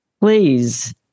please